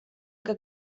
que